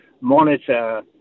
monitor